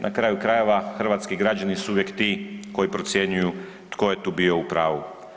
Na kraju krajeva, hrvatski građani su uvijek ti koji procjenjuju tko je tu bio u pravu.